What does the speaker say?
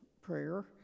prayer